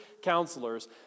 counselors